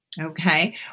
Okay